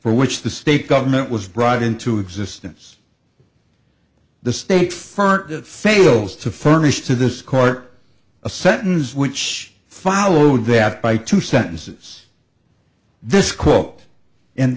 for which the state government was brought into existence the state furtive fails to furnish to this court a sentence which followed that by two sentences this quote and